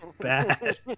bad